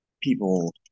people